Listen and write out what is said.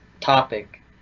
topic